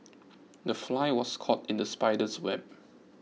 the fly was caught in the spider's web